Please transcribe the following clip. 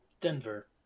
Denver